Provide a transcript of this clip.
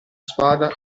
spada